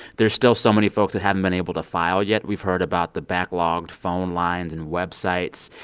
there's still so many folks that haven't been able to file yet. we've heard about the backlogged phone lines and websites.